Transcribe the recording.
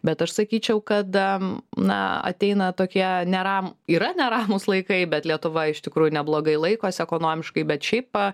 bet aš sakyčiau kad na ateina tokie neram yra neramūs laikai bet lietuva iš tikrųjų neblogai laikosi ekonomiškai bet šiaip